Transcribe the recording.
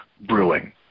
brewing